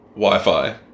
Wi-Fi